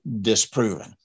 disproven